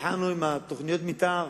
התחלנו עם תוכניות המיתאר,